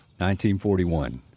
1941